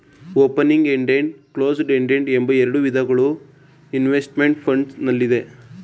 opening ended, closed ended ಎಂಬ ಎರಡು ವಿಧಗಳು ಇನ್ವೆಸ್ತ್ಮೆಂಟ್ ಫಂಡ್ ನಲ್ಲಿದೆ